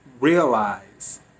realize